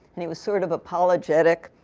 and he was sort of apologetic.